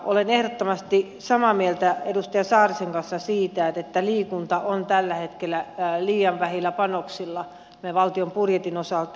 olen ehdottomasti samaa mieltä edustaja saarisen kanssa siitä että liikunta on tällä hetkellä liian vähillä panoksilla valtion budjetin osalta